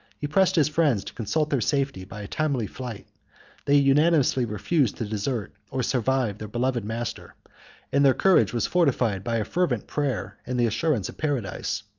he pressed his friends to consult their safety by a timely flight they unanimously refused to desert or survive their beloved master and their courage was fortified by a fervent prayer and the assurance of paradise.